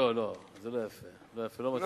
לא, לא, זה לא יפה, לא יפה, לא מתאים לך.